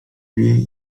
wie